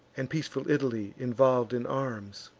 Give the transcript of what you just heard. and peaceful italy involv'd in arms.